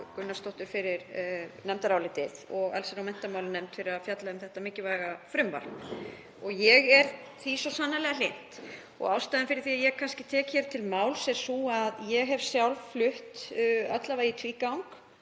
Gunnarsdóttur fyrir nefndarálitið og allsherjar- og menntamálanefnd fyrir að fjalla um þetta mikilvæga frumvarp. Ég er því svo sannarlega hlynnt. Ástæðan fyrir því að ég tek hér til máls er sú að ég hef sjálf flutt alla vega í tvígang,